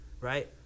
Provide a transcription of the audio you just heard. Right